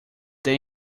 then